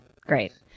great